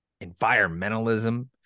environmentalism